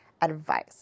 advice